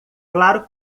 claro